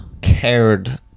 cared